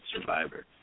survivor